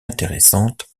intéressante